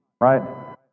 right